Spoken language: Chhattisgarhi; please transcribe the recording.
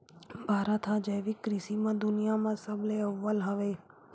भारत हा जैविक कृषि मा दुनिया मा सबले अव्वल हवे